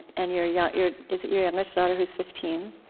and your yeah your is it your youngest daughter who is fifteen?